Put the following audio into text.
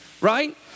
right